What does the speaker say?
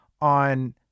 on